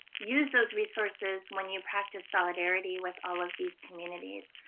use those resources when you practice solidarity with all of these communities.